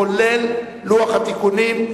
כולל לוח התיקונים.